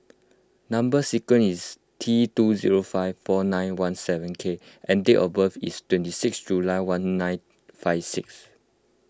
Number Sequence is T two zero five four nine one seven K and date of birth is twenty six July one nine five six